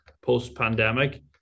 post-pandemic